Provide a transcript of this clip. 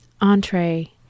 entree